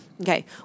Okay